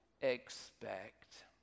expect